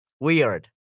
Weird